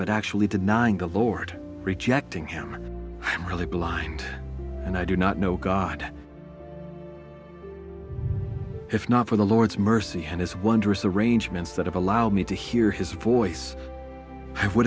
but actually denying the lord rejecting him i'm really blind and i do not know god if not for the lord's mercy and his wondrous arrangements that have allowed me to hear his voice i would